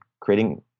creating